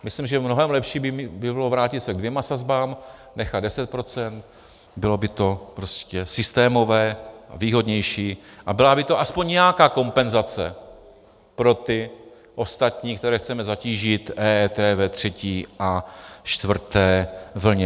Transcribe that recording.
Myslím, že mnohem lepší by bylo vrátit se ke dvěma sazbám, nechat 10 %, bylo by to prostě systémové a výhodnější a byla by to aspoň nějaká kompenzace pro ty ostatní, které chceme zatížit EET ve třetí a čtvrté vlně.